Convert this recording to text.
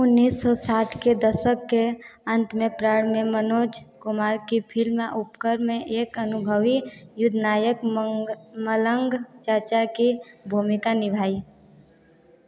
उन्नीस सौ साठ के दशक के अंत में ने मनोज कुमार की फिल्म उपकर में एक अनुभवी युद्ध नायक मलंग चाचा की भूमिका निभाई